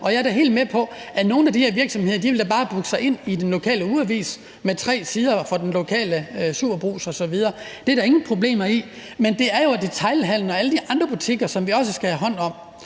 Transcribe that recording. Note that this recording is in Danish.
jeg er da helt med på, at nogle af de her virksomheder bare vil booke sig ind i den lokale ugeavis med tre sider for den lokale Super Brugsen osv. Det er der ingen problemer i. Men det er jo detailhandelen og alle de andre butikker, som vi også skal tage hånd om.